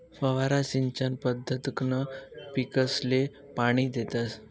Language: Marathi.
फवारा सिंचन पद्धतकंन पीकसले पाणी देतस